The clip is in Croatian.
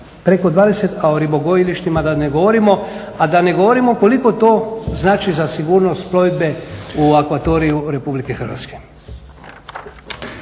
preko 20, a o ribogojilištima da ne govorimo. A da ne govorimo koliko to znači za sigurnost plovidbe u akvatoriju Republike Hrvatske.